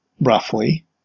roughly